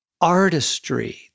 artistry